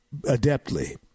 adeptly